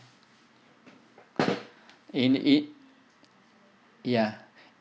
in it ya